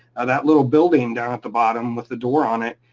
and that little building down at the bottom with the door on it,